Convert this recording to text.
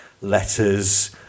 letters